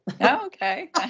okay